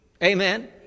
Amen